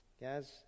Guys